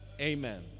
Amen